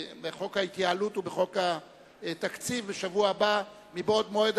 ההתייעלות ובחוק התקציב בשבוע הבא בעוד מועד,